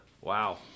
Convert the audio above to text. Wow